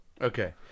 okay